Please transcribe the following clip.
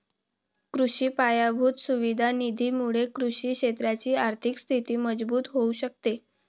कृषि पायाभूत सुविधा निधी मुळे कृषि क्षेत्राची आर्थिक स्थिती मजबूत होऊ शकते